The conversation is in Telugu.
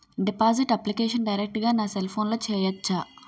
డిపాజిట్ అప్లికేషన్ డైరెక్ట్ గా నా సెల్ ఫోన్లో చెయ్యచా?